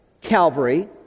Calvary